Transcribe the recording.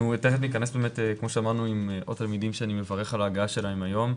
תיכף ניכנס באמת כמו שאמרנו עם עוד תלמידים שאני מברך על הגעתם היום,